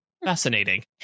Fascinating